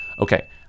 Okay